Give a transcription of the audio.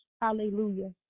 hallelujah